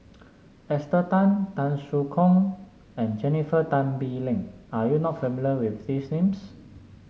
Esther Tan Tan Soo Khoon and Jennifer Tan Bee Leng are you not familiar with these names